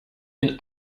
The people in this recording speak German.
den